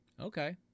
Okay